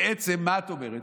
בעצם מה את אומרת?